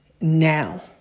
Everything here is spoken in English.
now